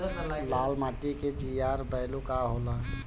लाल माटी के जीआर बैलू का होला?